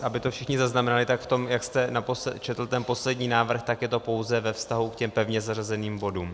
Aby to všichni zaznamenali, v tom, jak jste naposledy četl poslední návrh, tak je to pouze ve vztahu k pevně zařazeným bodům.